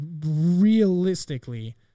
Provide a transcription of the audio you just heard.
realistically